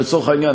לצורך העניין,